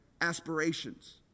aspirations